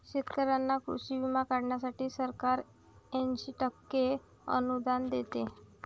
शेतकऱ्यांना कृषी विमा काढण्यासाठी सरकार ऐंशी टक्के अनुदान देते